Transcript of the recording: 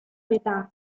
metà